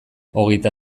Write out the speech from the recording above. hogeita